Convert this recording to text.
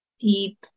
deep